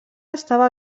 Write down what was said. estava